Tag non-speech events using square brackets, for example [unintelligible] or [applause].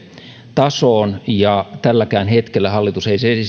tasoon ja tälläkään hetkellä hallitus ei [unintelligible]